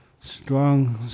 strong